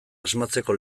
asmatzeko